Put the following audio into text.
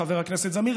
חבר הכנסת זמיר,